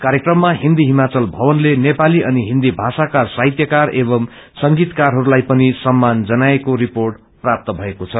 कार्यक्रममा हिन्दी हिमाचल भवनले नेपाली अनि हिन्दी भाषाका साहित्यकार एवं संगीतकारहस्लाई पनि सम्मान जनाएको रिपोर्ट प्राप्त भएको छ